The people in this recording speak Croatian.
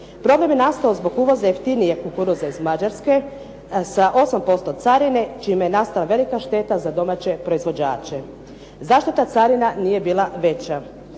Problem je nastao zbog uvoza jeftinijeg kukuruza iz Mađarske sa 8% carine čime je nastala velika šteta za domaće proizvođače. Zašto ta carina nije bila veća?